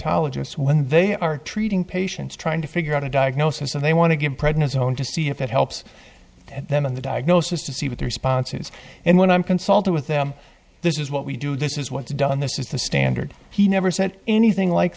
rheumatologists when they are treating patients trying to figure out a diagnosis so they want to get pregnant zone to see if it helps them in the diagnosis to see what the responses and when i'm consulting with them this is what we do this is what's done this is the standard he never said anything like